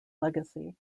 legacy